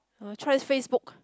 must try Facebook